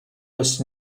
was